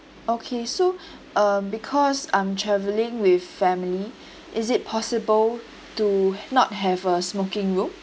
okay so uh because I'm travelling with family is it possible to not have a smoking room